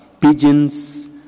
pigeons